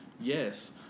yes